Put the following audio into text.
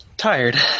tired